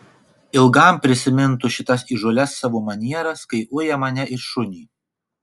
ilgam prisimintų šitas įžūlias savo manieras kai uja mane it šunį